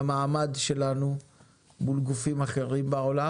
והמעמד שלנו מול גופים אחרים בעולם.